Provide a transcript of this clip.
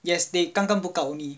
yes they 刚刚 book out only